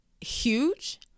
huge